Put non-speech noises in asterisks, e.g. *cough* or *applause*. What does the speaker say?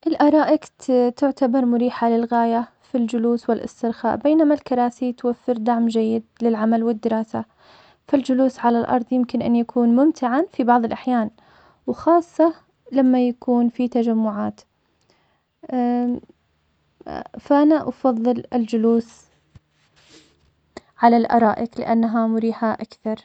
الأرائك ت- تعتبر مريحة للغاية في الجلوس والإسترخاء, بينما الكراسي, توفر دعم جيد للعمل والدراسة, فالجلوس على الأرض يمكن أن يكون ممتعاً في بعض الأحيان, وخاصة, لما يكون في تجمعات, *hesitation* فانا أفضل الجلوس على الأرائك, لأنها مريحة أكثر.